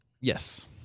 Yes